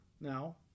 now